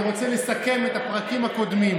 אני רוצה לסכם את הפרקים הקודמים,